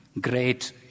Great